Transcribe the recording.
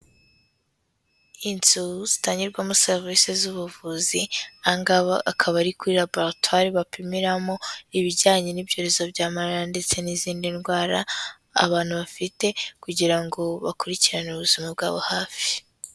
Inzu zitangirwamo serivisi z'ubuvuzi, aha ngaha akaba ari kuri laboratwari bapimiramo ibijyanye n'ibyorezo bya malariya ndetse n'izindi ndwara abantu bafite kugira ngo bakurikiranire ubuzima bwabo hafi.